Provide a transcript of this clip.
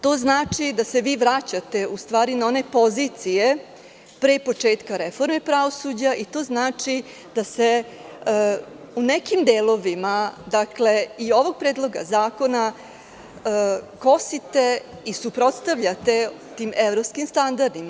To znači, da se vi vraćate na one pozicije pre početka reforme pravosuđa i to znači da se, u nekim delovima, dakle i ovog predloga zakona kosite i suprotstavljate tim evropskim standardima.